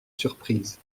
surprise